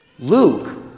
Luke